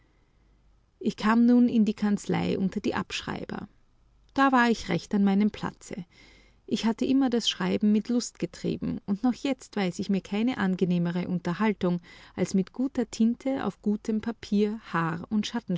ich kam nun in die kanzlei unter die abschreiber da war ich recht an meinem platze ich hatte immer das schreiben mit lust getrieben und noch jetzt weiß ich mir keine angenehmere unterhaltung als mit guter tinte auf gutem papier haar und